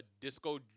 disco